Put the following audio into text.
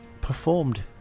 performed